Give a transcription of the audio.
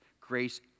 Grace